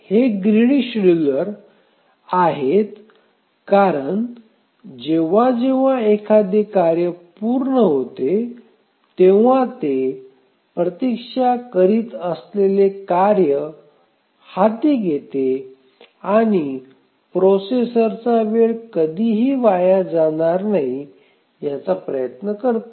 हे greedy scheduler आहेत कारण जेव्हा जेव्हा एखादे कार्य पूर्ण होते तेव्हा ते प्रतीक्षा करीत असलेले कार्य हाती घेते आणि प्रोसेसरचा वेळ कधीही वाया जाणार नाही याचा प्रयत्न करते